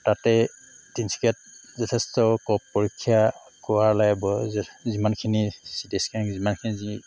তাতে তিনিচুকীয়াত যথেষ্ট কফ পৰীক্ষা কৰালে যিমানখিনি চিটি স্কেন যিমানখিনি যি